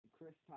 Chris